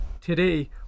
Today